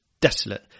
desolate